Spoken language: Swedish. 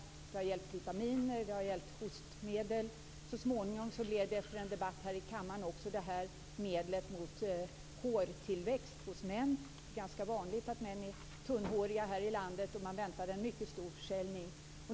Det har gällt vitaminer, och det har gällt hostmediciner. Så småningom, efter en debatt i kammaren, gällde det även medlet mot håravfall hos män. Det är ganska vanligt att män är tunnhåriga här i landet, och man väntar en stor försäljning.